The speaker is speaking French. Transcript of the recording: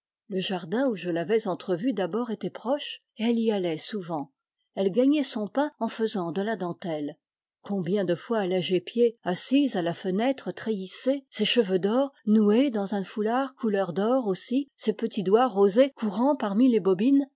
le jardin où je l'avais entrevue d'abord était proche et elle y allait souvent elle gagnait son pain en faisant de la dentelle combien de fois l'ai-je épiée assise à la fenêtre treillissée ses cheveux dor noués dans un foulard couleur d'or aussi ses petits doigts rosés courant parmi les bobines